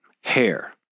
Hair